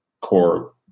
core